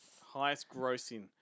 Highest-grossing